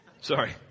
Sorry